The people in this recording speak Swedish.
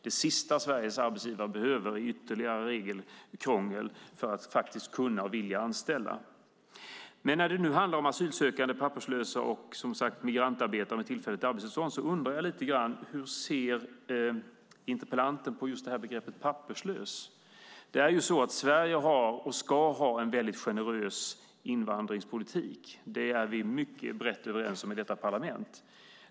Det sista Sveriges arbetsgivare behöver är ytterligare regelkrångel för att faktiskt kunna och vilja anställa. När det nu handlar om asylsökande, papperslösa och, som sagt, migrantarbetare med tillfälligt arbetstillstånd undrar jag lite grann hur interpellanten ser på begreppet papperslös. Sverige har, och ska ha, en mycket generös invandringspolitik. Det är vi brett överens om i detta parlament.